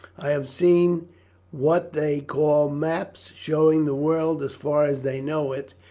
i have seen what they call maps showing the world as far as they know it,